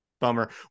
Bummer